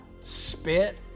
spit